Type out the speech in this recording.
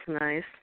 nice